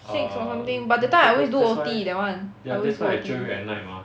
six or something but that time I always do O_T that [one] I always working